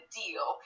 deal